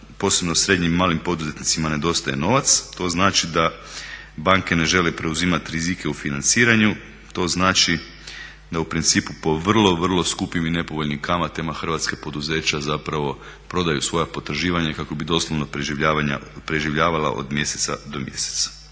posebno srednjim i malim poduzetnicima nedostaje novac, to znači da banke ne žele preuzimat rizike u financiranju, to znači da u principu po vrlo, vrlo skupim i nepovoljnim kamatama hrvatska poduzeća zapravo prodaju svoja potraživanja kako bi doslovno preživljavala od mjeseca do mjeseca.